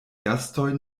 gastoj